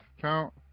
count